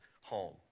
home